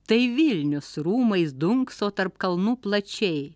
tai vilnius rūmais dunkso tarp kalnų plačiai